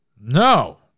No